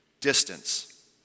Distance